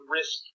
risk